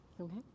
Okay